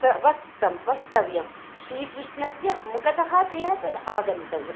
वक्तव्यं श्रीकृष्णस्य मुखतः तया तद् आगन्तव्यं